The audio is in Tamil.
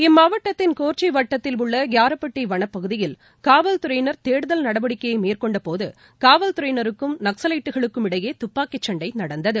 இம்மாவட்டத்தின் கோர்ச்சி வட்டத்தில் உள்ள கியாராபட்டி வனப்பகுதியில் காவல்துறையினர் தேடுதல் நடவடிக்கையை மேற்கொண்டபோது காவல்துறையினருக்கும் நக்கலைட்டுகளுக்கும் இடையே தப்பாக்கி சன்டை நடந்தது